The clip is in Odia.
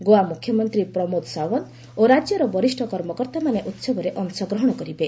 ଗୋଆ ମ୍ରଖ୍ୟମନ୍ତ୍ରୀ ପ୍ରମୋଦ ସାୱାନ୍ତ ଓ ରାଜ୍ୟର ବରିଷ କର୍ମକର୍ତ୍ତାମାନେ ଉହବରେ ଅଂଶଗ୍ରହଣ କରିବେ